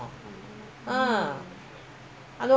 mm